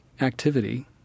activity